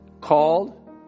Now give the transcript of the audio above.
Called